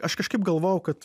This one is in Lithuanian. aš kažkaip galvojau kad